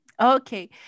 okay